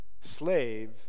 slave